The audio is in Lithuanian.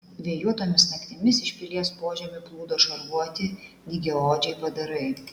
vėjuotomis naktimis iš pilies požemių plūdo šarvuoti dygiaodžiai padarai